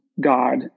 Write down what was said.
God